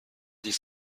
dix